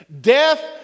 Death